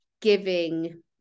giving